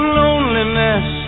loneliness